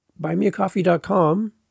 BuymeaCoffee.com